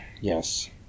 Yes